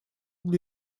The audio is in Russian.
для